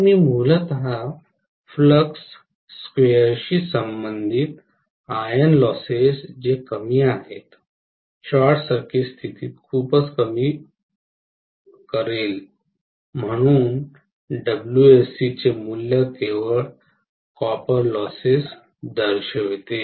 तर मी मूलत फ्लक्स स्क्वेअरशी संबंधित आयर्न लॉसेस जे कमी आहेत शॉर्ट सर्किट स्थितीत खूपच कमी करेल म्हणून WSC चे मूल्य केवळ कॉपर लॉसेस दर्शवते